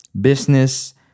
business